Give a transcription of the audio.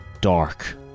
dark